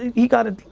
he got a,